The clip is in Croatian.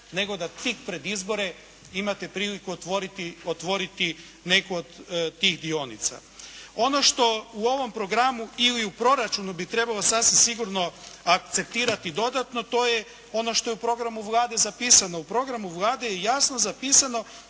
nego da tik pred izbore imate priliku otvoriti neku od tih dionica. Ono što u ovom programu ili u proračunu bi trebalo sasvim sigurno akceptirati dodatno to je ono što je u programu Vlade zapisano. U programu Vlade je jasno zapisano